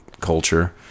culture